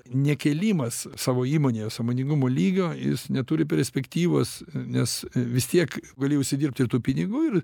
nekėlimas savo įmonėje sąmoningumo lygio jis neturi perspektyvos nes vis tiek gali užsidirbt ir tų pinigų ir